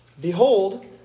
Behold